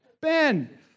Ben